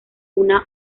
una